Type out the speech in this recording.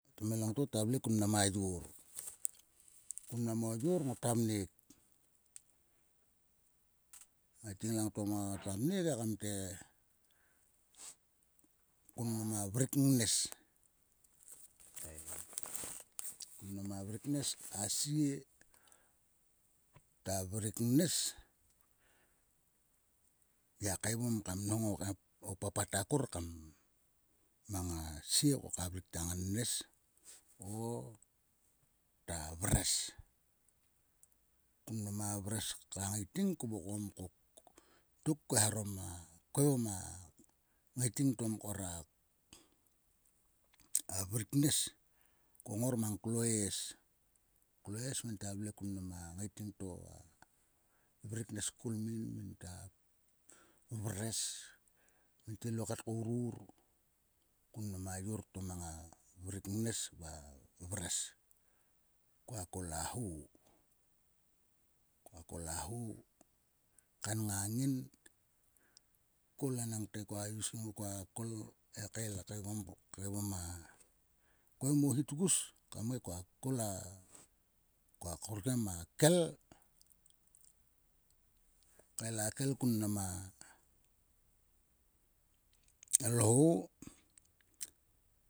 A tomhelangto ta vle kun mnam a yor. Kun mnam o yor. ngota mnek. Ngai ting langto ngota mnek ekam te. Kun mnam a vrik ngnesel. kun mnam a vrik ngnes a sie ta vrik ngnes. Ngiak kaegom kam nhong o papat akor kam. mang a sie ko ka vrik ta ngannes o ta vres. Kun mnam a vres ka ngaiting ko vokom ko. Dok ko eharom a kuoma ngaiting to mkor a. a vrik ngnes. Ko ongor mang kloes. Kloes nginta vle kun mnam a ngaiting to a vrik ngnes tkol min nginta vres. Minte lokat kourur kun mang a yor to mang a vrik ngnes va a vres. Koa kol a ho. koa kol a ho kaen ngang ngin. Kol enangte koa usgun kam kol he kael kaegom a kol ogu tgus. Kam ngai koa kol a. Koa hor tgem a kel. kael a kel kun mnam a lhou.